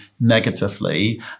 negatively